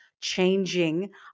changing